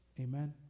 Amen